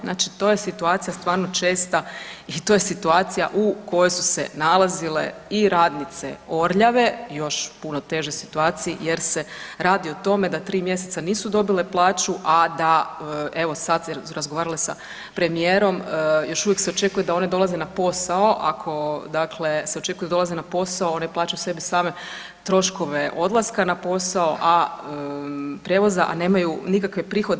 Znači to je situacija stvarno česta i to je situacija u kojoj su se nalazile i radnice „Orljave“ još u puno težoj situaciji jer se radi o tome da tri mjeseca nisu dobile plaću, a da evo sad su razgovarale sa premijerom, još uvijek se očekuje da one dolaze na posao, ako se očekuje da one dolaze na posao one plaćaju sebi same troškove odlaska na posao prijevoza, a nemaju nikakve prihode.